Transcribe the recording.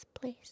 please